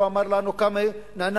לא אמר לנו כמה נענה,